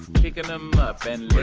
picking them up and